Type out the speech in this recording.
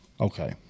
Okay